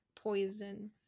poison